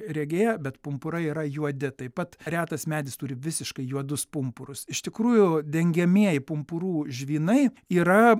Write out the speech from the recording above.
regėję bet pumpurai yra juodi taip pat retas medis turi visiškai juodus pumpurus iš tikrųjų dengiamieji pumpurų žvynai yra